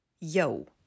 Yo